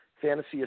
fantasy